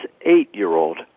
eight-year-old